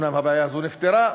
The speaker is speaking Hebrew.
אומנם הבעיה הזאת נפתרה.